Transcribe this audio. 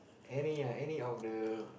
any ah any of the